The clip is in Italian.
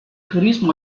turismo